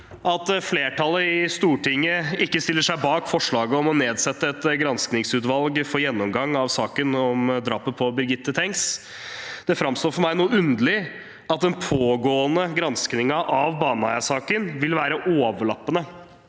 at flertallet i Stortinget ikke stiller seg bak forslaget om å nedsette et granskingsutvalg for en gjennomgang av saken om drapet på Birgitte Tengs. Det framstår for meg noe underlig at det at den pågående granskingen av Baneheia-saken vil være overlappende